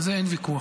על זה אין ויכוח.